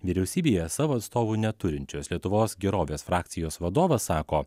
vyriausybėje savo atstovų neturinčios lietuvos gerovės frakcijos vadovas sako